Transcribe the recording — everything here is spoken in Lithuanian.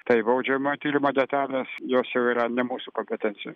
tai baudžiamojo tyrimo detalės jos jau yra ne mūsų kompetencijoje